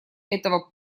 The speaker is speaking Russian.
этого